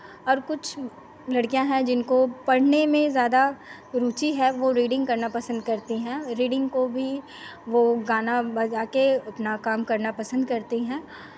और कुछ लड़कियां है जिनको पढ़ने में ज़्यादा रुचि है वो रीडिंग करना पसंद करती हैं रीडिंग को भी वो गाना बजाके अपना काम करना पसंद करती हैं